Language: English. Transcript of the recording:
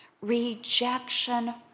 Rejection